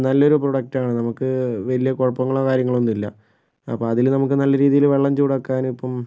നല്ലൊരു പ്രൊഡക്റ്റാണ് നമുക്ക് വലിയ കുഴപ്പങ്ങളോ കാര്യങ്ങളൊന്നും ഇല്ല അപ്പം അതില് നമുക്ക് നല്ല രീതിയിൽ വെള്ളം ചൂടാക്കാനും ഇപ്പം